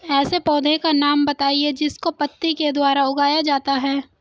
ऐसे पौधे का नाम बताइए जिसको पत्ती के द्वारा उगाया जाता है